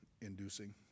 inducing